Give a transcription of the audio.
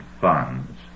funds